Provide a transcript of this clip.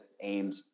aims